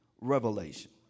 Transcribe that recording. revelation